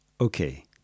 Okay